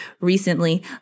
recently